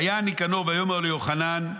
ויען ניקנור ויאמר ליוחנן: